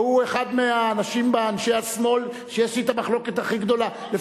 והוא אחד מהאנשים מאנשי השמאל שיש לי את המחלוקת הכי גדולה אתם.